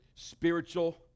spiritual